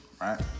right